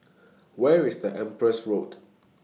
Where IS The Empress Road